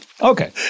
Okay